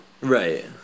right